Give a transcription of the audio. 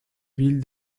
ville